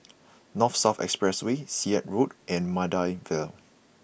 North South Expressway Sirat Road and Maida Vale